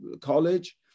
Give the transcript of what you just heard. college